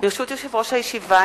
ברשות יושב-ראש הישיבה,